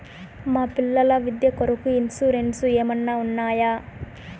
మా పిల్లల విద్య కొరకు ఇన్సూరెన్సు ఏమన్నా ఉన్నాయా?